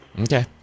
Okay